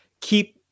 keep